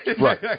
Right